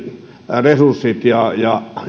resurssit ja ja